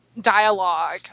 dialogue